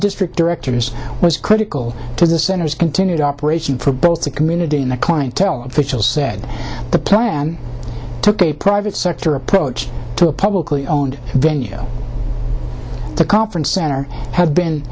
district directors was critical to the center's continued operation for both the community and the clientele official said the plan took a private sector approach to a publicly owned venue the conference center has been